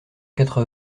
quatre